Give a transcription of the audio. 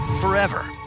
forever